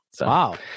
Wow